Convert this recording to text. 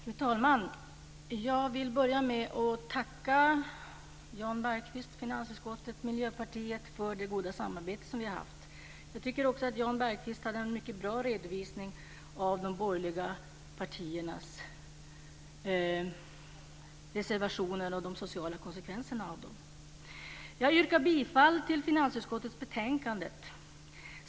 Fru talman! Jag vill börja med att tacka Jan Bergqvist, finansutskottet och Miljöpartiet för det goda samarbete som vi har haft. Jag tycker också att Jan Bergqvist hade en mycket bra redovisning av de borgerliga partiernas reservationer och de sociala konsekvenserna av dem. Jag yrkar bifall till förslaget i finansutskottets betänkande.